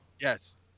Yes